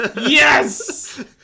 yes